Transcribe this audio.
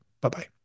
Bye-bye